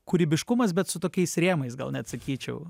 kūrybiškumas bet su tokiais rėmais gal net sakyčiau